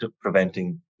preventing